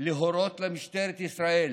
להורות למשטרת ישראל